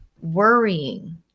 worrying